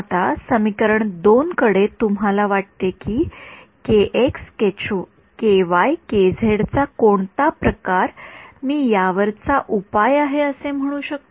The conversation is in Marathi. आता समीकरण २ कडे तुम्हाला वाटते की चा कोणता प्रकार मी यावर चा उपाय आहे असे म्हणू शकतो